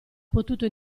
potuto